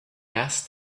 asked